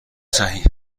صحیح